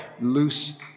loose